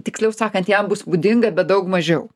tiksliau sakant jam bus būdinga bet daug mažiau